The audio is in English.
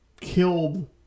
killed